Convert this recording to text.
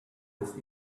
with